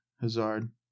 Hazard